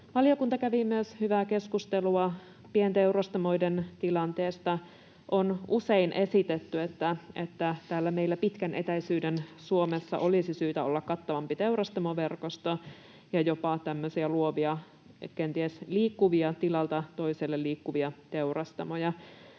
Valiokunta kävi hyvää keskustelua myös pienteurastamoiden tilanteesta. On usein esitetty, että täällä meillä pitkän etäisyyden Suomessa olisi syytä olla kattavampi teurastamoverkosto ja jopa tämmöisiä luovia, kenties tilalta toiselle liikkuvia teurastamoja.